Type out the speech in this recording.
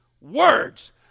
words